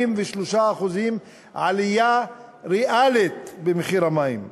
43% עלייה ריאלית במחיר המים.